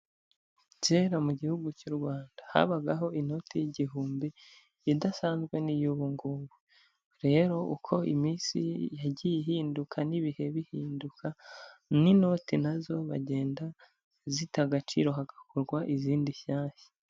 Kera mu gihugu cy'u Rwanda, habagaho inoti y'igihumbi idasanzwe n'iy'ubu ngubu, rero uko iminsi yagiye ihinduka n'ibihe bihinduka, n'inote nazo bagenda zita agaciro hagakorwa izindi shyashya.